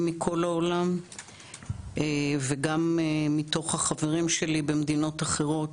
מכל העולם וגם מתוך החברים שלי במדינות אחרות